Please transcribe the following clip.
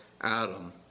Adam